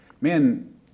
man